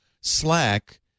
Slack